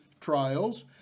trials